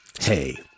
Hey